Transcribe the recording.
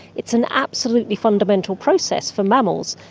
it's an absolutely fundamental process for mammals.